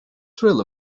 thrill